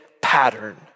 pattern